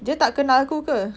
dia tak kenal aku ke